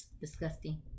Disgusting